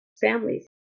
families